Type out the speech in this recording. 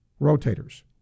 rotators